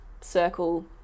circle